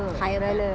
hire பன்:pan